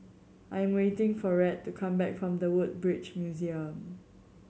I am waiting for Rhett to come back from The Woodbridge Museum